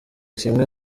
kimwe